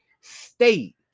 state